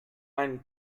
einen